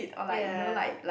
ya